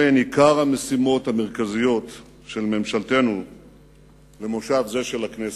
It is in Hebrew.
אלה עיקר המשימות המרכזיות של ממשלתנו במושב זה של הכנסת.